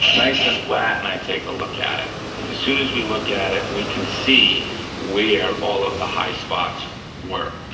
nice and flat and i take a look at it. and as soon as we look at it, we can see where all of the high spots were,